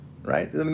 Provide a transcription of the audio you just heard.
Right